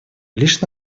лишь